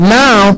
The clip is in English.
now